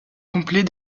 complet